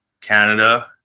Canada